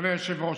אדוני היושב-ראש,